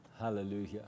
Hallelujah